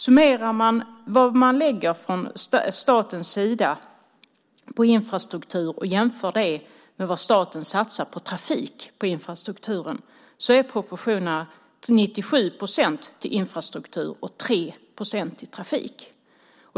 Summerar man vad staten lägger på infrastruktur och jämför det med vad staten satsar på trafik är proportionerna 97 procent till infrastruktur och 3 procent till trafik.